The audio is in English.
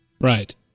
Right